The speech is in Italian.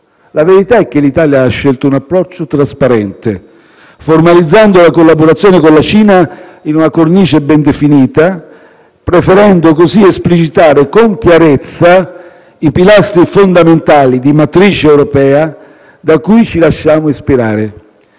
La verità è che l'Italia ha scelto un approccio trasparente, formalizzando la collaborazione con la Cina in una cornice ben definita, preferendo così esplicitare con chiarezza i pilastri fondamentali di matrice europea da cui ci lasciamo ispirare.